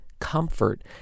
comfort